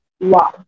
wow